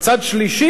על צד שלישי,